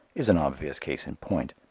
is an obvious case in point.